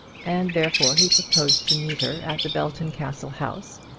and therefore he proposed to meet her at the belton castle house,